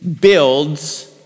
builds